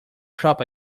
shop